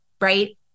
right